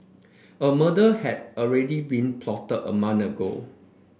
a murder had already been plotted a month ago